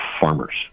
farmers